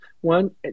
one